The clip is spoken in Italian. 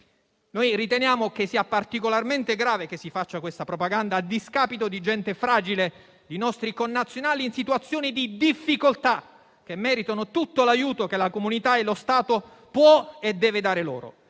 Riteniamo particolarmente grave che si faccia questa propaganda a discapito di gente fragile e di nostri connazionali in situazioni di difficoltà, che meritano tutto l'aiuto che la comunità e lo Stato possono e devono dare loro.